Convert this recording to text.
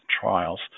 trials